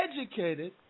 educated